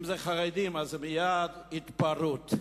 אם זה חרדים, זאת מייד "התפרעות".